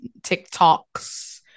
TikToks